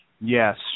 Yes